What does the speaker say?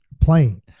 playing